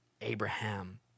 Abraham